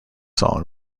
song